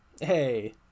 Hey